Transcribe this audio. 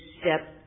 step